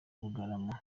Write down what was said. bugarama